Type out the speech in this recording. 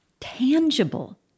tangible